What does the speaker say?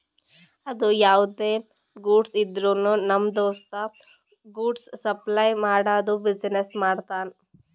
ಅದು ಯಾವ್ದೇ ಗೂಡ್ಸ್ ಇದ್ರುನು ನಮ್ ದೋಸ್ತ ಗೂಡ್ಸ್ ಸಪ್ಲೈ ಮಾಡದು ಬಿಸಿನೆಸ್ ಮಾಡ್ತಾನ್